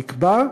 נקבע,